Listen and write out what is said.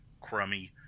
crummy